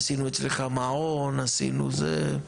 עשינו אצלך מעון עשינו זה,